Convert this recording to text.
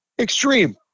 extreme